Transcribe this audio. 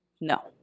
no